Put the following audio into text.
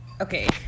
Okay